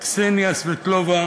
קסניה סבטלובה,